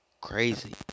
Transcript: crazy